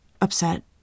upset